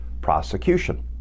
prosecution